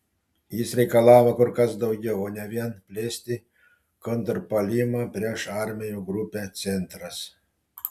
jis reikalavo kur kas daugiau o ne vien plėsti kontrpuolimą prieš armijų grupę centras